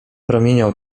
promieniał